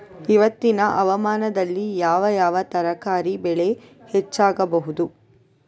ಇವತ್ತಿನ ಹವಾಮಾನದಲ್ಲಿ ಯಾವ ಯಾವ ತರಕಾರಿ ಬೆಳೆ ಹೆಚ್ಚಾಗಬಹುದು?